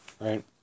right